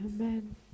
Amen